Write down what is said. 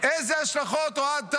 איזה השלכות, אוהד טל?